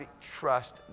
trust